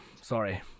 sorry